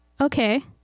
okay